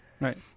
Right